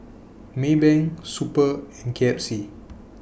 Maybank Super and K F C